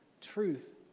truth